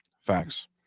Facts